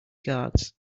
guards